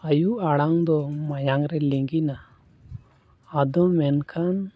ᱟᱭᱩ ᱟᱲᱟᱝ ᱫᱚ ᱢᱟᱭᱟᱝ ᱨᱮ ᱞᱤᱜᱤᱱᱟ ᱟᱫᱚ ᱢᱮᱱᱠᱷᱟᱱ